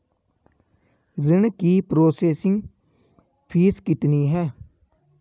ऋण की processing fees कितनी है?